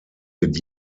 wird